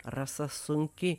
rasa sunki